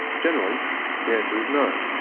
generally, the answer is no.